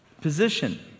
position